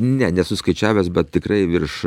ne nesu skaičiavęs bet tikrai virš